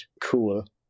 cool